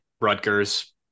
Rutgers